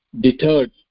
deterred